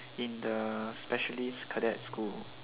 in the specialist cadet school